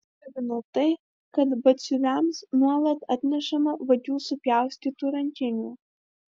nustebino tai kad batsiuviams nuolat atnešama vagių supjaustytų rankinių